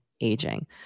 aging